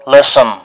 Listen